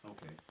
Okay